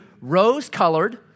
rose-colored